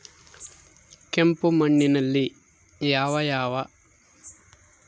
ಕೆಂಪು ಮಣ್ಣಿನಲ್ಲಿ ಯಾವ ಬೆಳೆ ಬೆಳೆಯಬಹುದು?